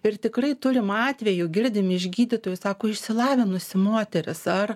ir tikrai turim atvejų girdim iš gydytojų sako išsilavinusi moteris ar